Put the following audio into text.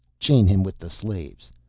chain him with the slaves.